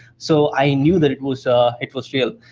so i knew that it was ah it was real.